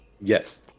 Yes